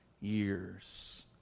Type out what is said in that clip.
years